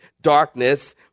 Darkness